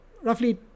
roughly